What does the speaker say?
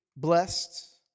Blessed